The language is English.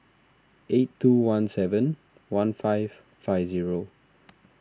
eight two one seven one five five zero